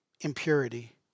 impurity